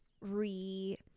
re